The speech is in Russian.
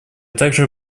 также